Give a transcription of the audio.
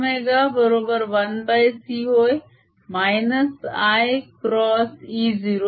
kω बरोबर 1c होय -i cross E0